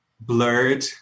blurred